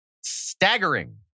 staggering